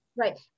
Right